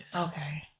Okay